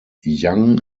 yang